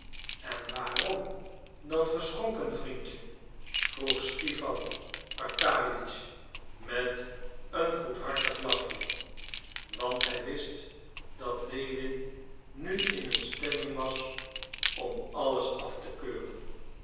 en waarom dan geschonken vriendje vroeg stipan arkadiewitsch met een goedhartig lachje want hij wist dat lewin nu in een stemming was om alles af te keuren